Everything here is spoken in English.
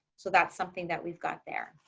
so that's something that we've got there.